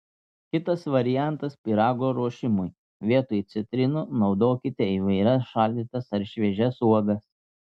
kitas variantas pyrago ruošimui vietoj citrinų naudokite įvairias šaldytas ar šviežias uogas